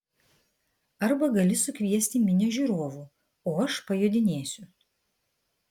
arba gali sukviesti minią žiūrovų o aš pajodinėsiu